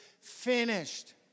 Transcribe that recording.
finished